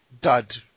dud